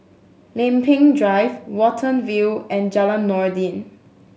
Lempeng Drive Watten View and Jalan Noordin